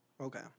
Okay